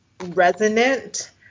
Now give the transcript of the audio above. resonant